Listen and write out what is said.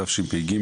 תשפ"ג,